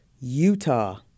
Utah